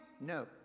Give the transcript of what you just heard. No